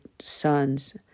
sons